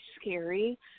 scary